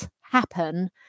happen